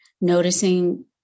noticing